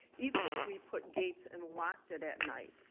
even if we put gates and locked it at night,